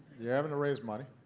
yeah having to raise money.